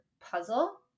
puzzle